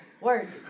Word